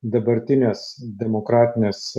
dabartinės demokratinės